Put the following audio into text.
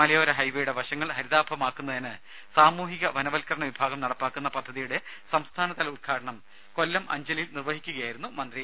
മലയോര ഹൈവേയുടെ വശങ്ങൾ ഹരിതാഭമാക്കുന്നതിന് സാമൂഹിക വനവത്കരണ വിഭാഗം നടപ്പാക്കുന്ന പദ്ധതിയുടെ സംസ്ഥാനതല ഉദ്ഘാടനം കൊല്ലം അഞ്ചലിൽ നിർവഹിക്കുകയായിരുന്നു മന്ത്രി